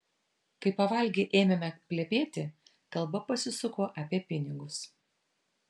kai pavalgę ėmėme plepėti kalba pasisuko apie pinigus